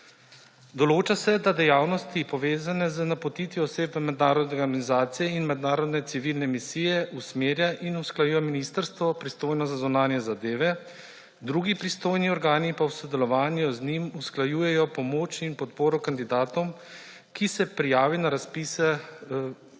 Določa se, da dejavnosti, povezane z napotitvijo oseb v mednarodne organizacije in mednarodne civilne misije, usmerja in usklajuje ministrstvo, pristojno za zunanje zadeve, drugi pristojni organi pa v sodelovanju z njim usklajujejo pomoč in podporo kandidatom, ki se prijavijo na razpise mednarodnih